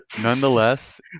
nonetheless